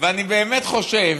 ואני באמת חושב